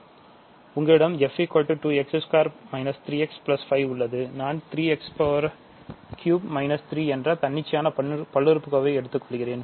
உங்களிடம் f 2 x 2 - 3 x 5 உள்ளது நான் 3 x 3 - 3 என்ற தன்னிச்சையான பல்லுறுப்புக்கோவைகளை எடுத்துக்கொள்கிறேன்